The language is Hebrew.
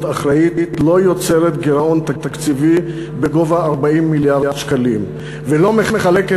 אחראית לא יוצרת גירעון תקציבי בגובה 40 מיליארד שקלים ולא מחלקת